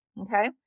Okay